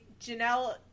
Janelle